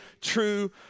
true